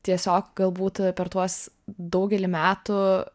tiesiog galbūt per tuos daugelį metų